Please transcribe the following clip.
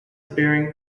bearing